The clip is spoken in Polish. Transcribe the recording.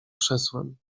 krzesłem